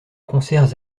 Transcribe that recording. concerts